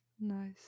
Nice